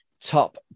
top